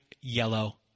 yellow